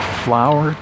flower